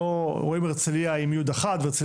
רואים הרצליה עם י' אחת והרצליה